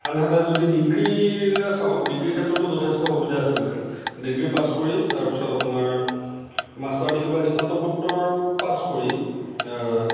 আনহাতে যদি ডিগ্ৰীলৈ চাওঁ ডিগ্ৰী ক্ষেত্ৰতটো যথেষ্ট সুবিধা আছিলে ডিগ্ৰী পাছ কৰি তাৰ পিছত আপোনাৰ মাষ্টাৰ ডিগ্ৰী বা স্নাতকোত্তৰ পাছ কৰি